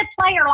player